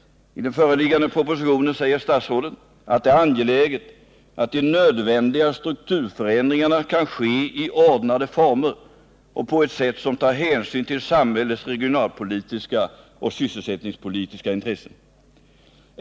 I den föreliggande propositionen säger statsrådet att det är angeläget ”att de nödvändiga strukturförändringarna kan ske i ordnade former och på ett sätt som tar hänsyn till samhällets regionalpolitiska och sysselsättningspolitiska intressen.